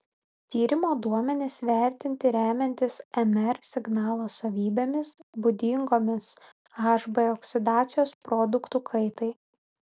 tyrimo duomenys vertinti remiantis mr signalo savybėmis būdingomis hb oksidacijos produktų kaitai